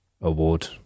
award